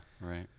Right